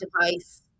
device